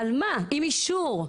עם אישור.